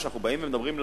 כשאנחנו באים לציבור,